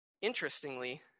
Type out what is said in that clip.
interestingly